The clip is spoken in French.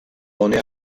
donné